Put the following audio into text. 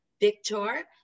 victor